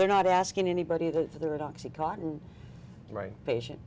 they're not asking anybody that they're an oxy cotton right patient